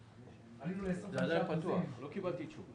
אני עכשיו שולח את בזק להשקיע.